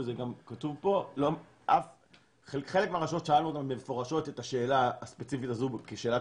וזה גם כתוב פה בחלק מהרשויות גם שאלנו את השאלה הספציפית הזאת כשאלת